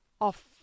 off